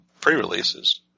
pre-releases